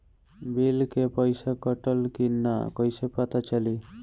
Bill के पइसा कटल कि न कइसे पता चलि?